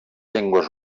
llengües